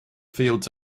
fields